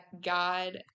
God